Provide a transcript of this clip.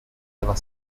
never